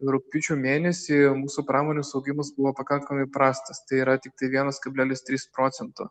rugpjūčio mėnesį mūsų pramonės augimas buvo pakankamai prastas tai yra tiktai vienas kablelis trys procento